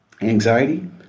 Anxiety